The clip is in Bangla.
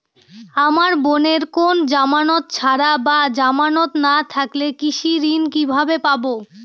আমার বোনের কোন জামানত ছাড়া বা জামানত না থাকলে কৃষি ঋণ কিভাবে পাবে?